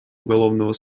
уголовного